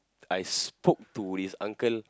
I spoke to this uncle